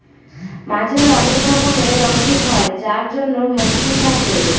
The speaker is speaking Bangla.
মাছের অনেক রকমের ওসুখ হয় যার জন্য ভ্যাকসিন থাকে